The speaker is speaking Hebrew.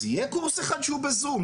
אז יהיה קורס אחד שהוא בזום,